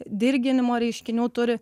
dirginimo reiškinių turi